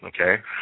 okay